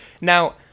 Now